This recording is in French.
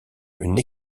une